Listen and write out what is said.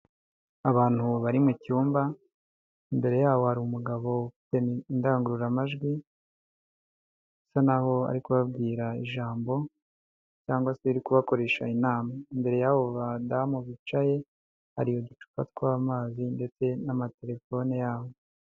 Abantu bari mu cyumba, imbere yabo hari umugabo ufite indangururamajwi, asa n'aho ari kubabwira ijambo cyangwa se ari kubakoresha inama, imbere y'abo badamu bicaye hari uducupa tw'amazi ndetse n'amatelefone yabo.